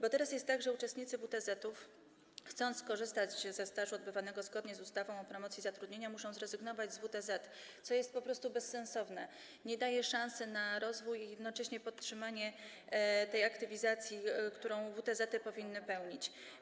Bo teraz jest tak, że uczestnicy WTZ-etów, chcąc skorzystać ze stażu odbywanego zgodnie z ustawą o promocji zatrudnienia, muszą zrezygnować z WTZ, co jest po prostu bezsensowne, nie daje szansy na rozwój i równocześnie na podtrzymanie tej aktywizacji, którą WTZ-ety powinny zapewnić.